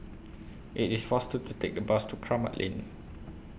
IT IS faster to Take The Bus to Kramat Lane